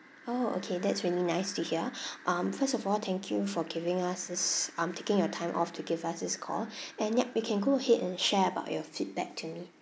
orh okay that's really nice to hear um first of all thank you for giving us this um taking your time off to give us this call and yup you can go ahead and share about your feedback to me